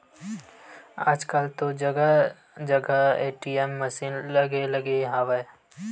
आजकल तो जगा जगा ए.टी.एम मसीन लगे लगे हवय